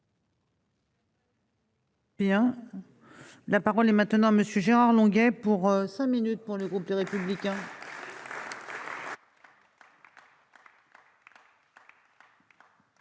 Bien, la parole est maintenant Monsieur Gérard Longuet pour 5 minutes pour le groupe Les Républicains.